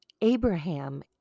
Abraham